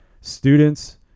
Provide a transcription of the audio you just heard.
students